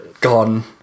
gone